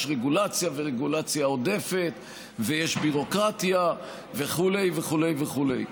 יש רגולציה ורגולציה עודפת ויש ביורוקרטיה וכו' וכו' וכו'.